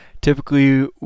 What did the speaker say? Typically